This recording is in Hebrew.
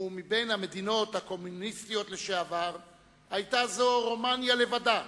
ומבין המדינות הקומוניסטיות לשעבר היתה זו רומניה לבדה